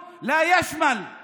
שהחוק הזה חל על כל היישובים והכפרים,